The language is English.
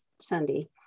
Sunday